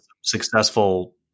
Successful